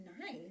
Nice